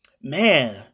man